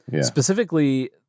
Specifically